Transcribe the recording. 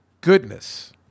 goodness